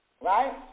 right